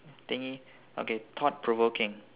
thing okay thought provoking